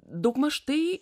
daugmaž tai